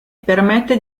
permette